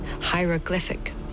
hieroglyphic